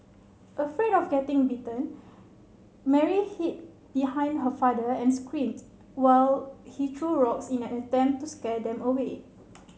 afraid of getting bitten Mary hid behind her father and screamed while he threw rocks in an attempt to scare them away